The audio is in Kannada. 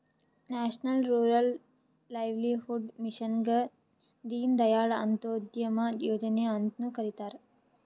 ನ್ಯಾಷನಲ್ ರೂರಲ್ ಲೈವ್ಲಿಹುಡ್ ಮಿಷನ್ಗ ದೀನ್ ದಯಾಳ್ ಅಂತ್ಯೋದಯ ಯೋಜನೆ ಅಂತ್ನು ಕರಿತಾರ